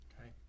Okay